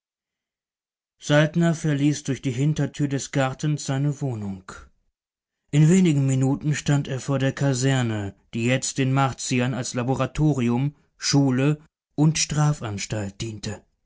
saltner verließ durch die hintertür des gartens seine wohnung in wenigen minuten stand er vor der kaserne die jetzt den martiern als laboratorium schule und strafanstalt diente